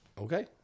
Okay